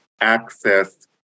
access